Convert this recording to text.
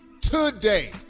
Today